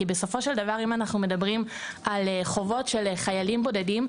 כי בסופו של דבר אם אנחנו מדברים על חובות של חיילים בודדים,